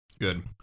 Good